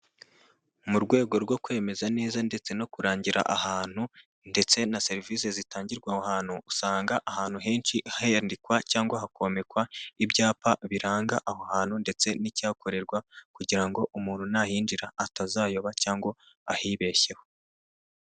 Mu rwego rwo kwemeza neza ndetse no kurangira ahantu, ndetse na serivisi zitangirwa aho hantu, usanga ahantu henshi handikwa cyangwa hakomekwa ibyapa biranga aho hantu, ndetse n'ikihakorerwa kugira ngo umuntu nahinjira atazayoba cyangwa ahibeshyeho.